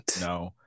no